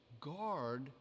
guard